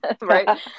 Right